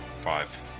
Five